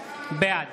בעד